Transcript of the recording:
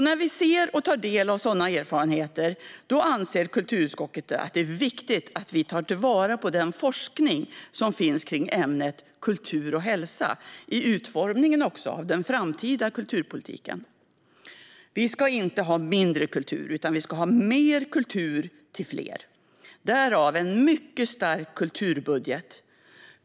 När vi i kulturutskottet tar del av sådana erfarenheter anser vi att det är viktigt att ta vara på den forskning som finns i ämnet kultur och hälsa i utformningen av den framtida kulturpolitiken. Vi ska inte ha mindre kultur, utan vi ska ha mer kultur till fler - därav en mycket stark kulturbudget.